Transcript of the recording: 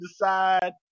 decide